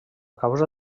causa